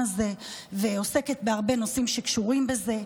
הזה ועוסקת בהרבה נושאים שקשורים בזה.